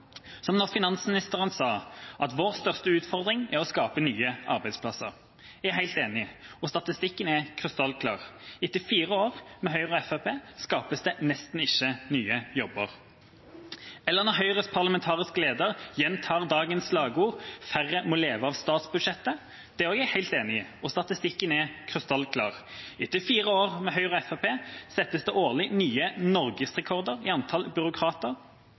eller når Høyres parlamentariske leder gjentar dagens slagord om at færre må leve av statsbudsjettet. Det er jeg også helt enig i, og statistikken er krystallklar. Etter fire år med Høyre og Fremskrittspartiet settes det årlig nye norgesrekorder i antall byråkrater,